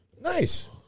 nice